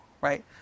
right